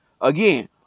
Again